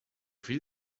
fill